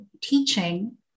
teaching